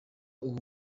uwo